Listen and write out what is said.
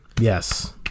Yes